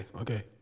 okay